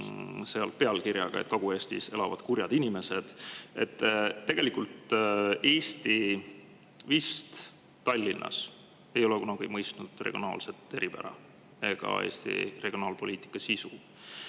tagasi pealkirjaga, et Kagu-Eestis elavad kurjad inimesed. Tegelikult ei ole Tallinnas vist kunagi mõistetud Eesti regionaalset eripära ega Eesti regionaalpoliitika sisu.